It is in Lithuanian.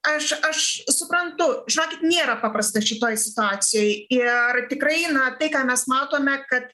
aš aš suprantu žinokit nėra paprasta šitoj situacijoj ir tikrai na tai ką mes matome kad